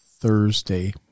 Thursday